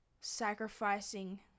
sacrificing